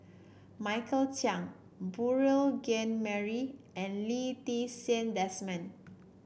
Michael Chiang Beurel Jean Marie and Lee Ti Seng Desmond